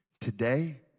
Today